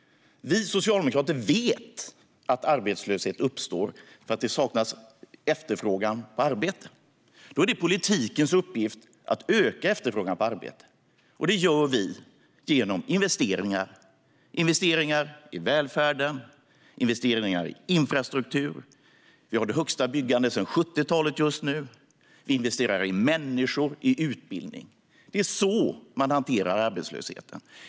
Vi socialdemokrater vet att arbetslöshet uppstår för att det saknas efterfrågan på arbete. Då är det politikens uppgift att öka efterfrågan på arbete. Det gör vi genom investeringar i välfärden och investeringar i infrastruktur. Vi har det högsta byggandet sedan 70-talet just nu. Vi investerar i människor, i utbildning. Det är så man hanterar arbetslösheten.